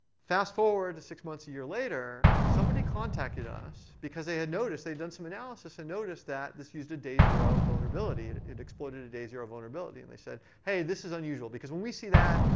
fast forward to six months a year later, somebody contacted us, because they had noticed they had done some analysis and noticed that this used a day zero vulnerability. it exploited a day zero vulnerability. and they said, hey, this is unusual. because when we see that,